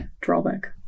drawback